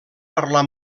parlar